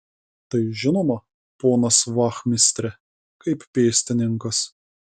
tai žinoma ponas vachmistre kaip pėstininkas